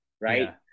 Right